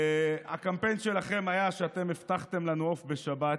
הקמפיין שלכם היה שאתם הבטחתם לנו עוף בשבת.